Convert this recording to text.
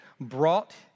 brought